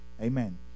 Amen